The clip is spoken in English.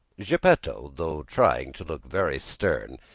geppetto, though trying to look very stern,